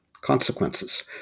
consequences